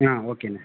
ஆ ஓகேண்ணே